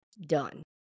done